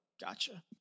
Gotcha